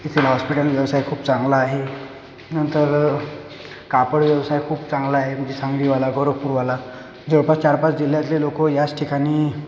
इथला हॉस्पिटल व्यवसाय खूप चांगला आहे नंतर कापड व्यवसाय खूप चांगला आहे म्हणजे सांगलीवाला गोरखपूरवाला जवळपास चार पाच जिल्ह्यातले लोकं याच ठिकाणी